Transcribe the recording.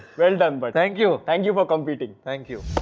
well done but! thank you, thank you for competing. thank you.